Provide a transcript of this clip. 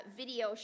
video